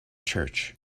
church